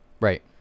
Right